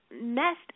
messed